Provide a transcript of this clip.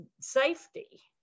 safety